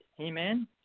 Amen